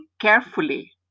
carefully